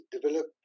develop